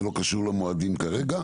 זה לא קשור למועדים כרגע.